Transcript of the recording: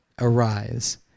arise